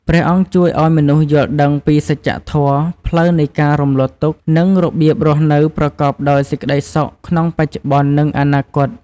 ព្រះអង្គជួយឱ្យមនុស្សយល់ដឹងពីសច្ចធម៌ ផ្លូវនៃការរំលត់ទុក្ខ និងរបៀបរស់នៅប្រកបដោយសេចក្តីសុខក្នុងបច្ចុប្បន្ន និងអនាគត។